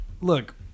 look